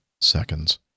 seconds